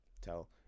tell